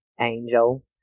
Angel